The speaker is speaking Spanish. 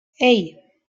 hey